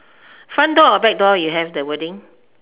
front door or back door you have that wording